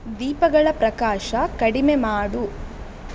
ದೀಪಗಳ ಪ್ರಕಾಶ ಕಡಿಮೆ ಮಾಡು